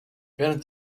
während